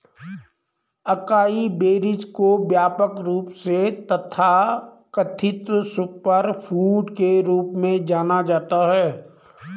acai berries को व्यापक रूप से तथाकथित सुपरफूड के रूप में जाना जाता है